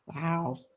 Wow